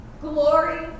Glory